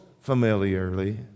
familiarly